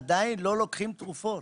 עדיין יש כאלה שלא לוקחים תרופות,